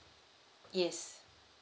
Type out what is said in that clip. yes